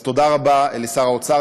אז תודה רבה לשר האוצר,